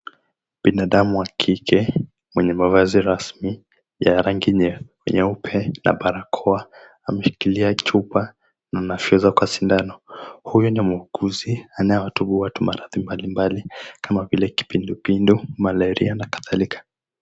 Binadamu wa kike mwenye mavazi rasmi yenye rangi nyeupe na baraakoa, ameshikilia chupa na kwa sindano. Huyu ni muuguzi anayetibu watu maradhi mbalimbali kama vile kipindupindu, malaria na kadhalika.